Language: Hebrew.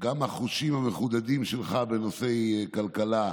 גם החושים המחודדים שלך בנושא כלכלה,